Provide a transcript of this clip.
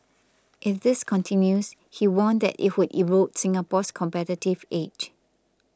if this continues he warned that it would erode Singapore's competitive edge